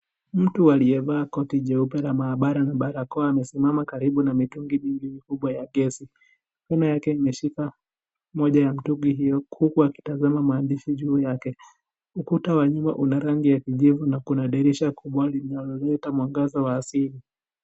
Mtu aliyevaa koti jeupe la maabara na barakoa amesimama karibu na mitungi mingi mikubwa ya gesi, nyuma yake ameshika moja ya mitungi hiyo kubwa akitazama maandishi juu yake, ukuta wa nyumba una rangi ya kijivu na kuna dirisha kubwa linaloleta mwangaza wa asili.